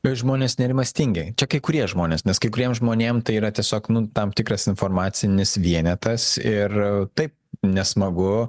žmonės nerimastingi čia kai kurie žmonės nes kai kuriem žmonėm tai yra tiesiog nu tam tikras informacinis vienetas ir taip nesmagu